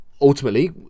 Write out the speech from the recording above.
ultimately